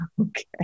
Okay